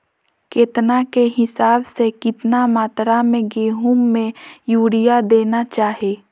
केतना के हिसाब से, कितना मात्रा में गेहूं में यूरिया देना चाही?